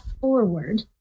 forward